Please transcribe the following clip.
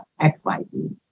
xyz